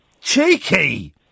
cheeky